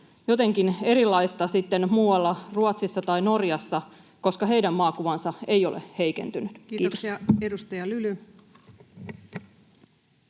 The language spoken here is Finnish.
jotenkin erilaista sitten muualla, Ruotsissa tai Norjassa, koska heidän maakuvansa eivät ole heikentyneet? — Kiitos. [Speech 114]